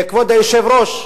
כבוד היושב-ראש,